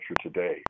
today